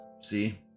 See